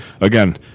again